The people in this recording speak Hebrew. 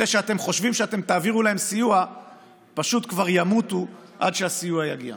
אלה שאתם חושבים שאתם תעבירו להם סיוע פשוט כבר ימותו עד שהסיוע יגיע.